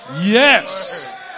Yes